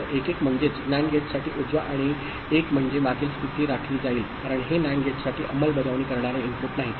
तर 1 1 म्हणजेच नॅन्ड गेटसाठी उजवा 1 म्हणजे मागील स्थिती राखली जाईल कारण हे नॅन्ड गेटसाठी अंमलबजावणी करणारे इनपुट नाही